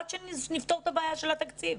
עד שנפתור את הבעיה של התקציב.